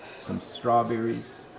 some strawberries.